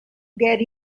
get